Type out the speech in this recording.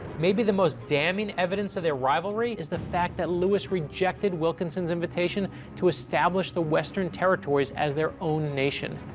maybe the most damning evidence in their rivalry, is the fact that lewis rejected wilkinson's invitation to establish the western territories as their own nation.